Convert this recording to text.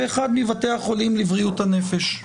באחד מבתי החולים לבריאות הנפש.